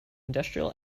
industrial